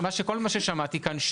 כל מה ששמעתי כאן,